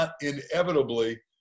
inevitably